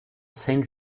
saint